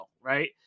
Right